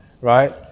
right